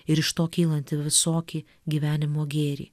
ir iš to kylantį visokį gyvenimo gėrį